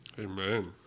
Amen